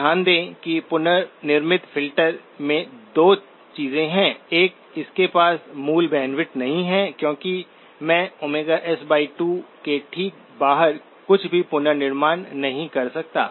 तो ध्यान दें कि पुनर्निर्मित फिल्टर में 2 चीजें हैं एक इसके पास मूल बैंडविड्थ नहीं है क्योंकि मैं s2 के ठीक बाहर कुछ भी पुनर्निर्माण नहीं कर सकता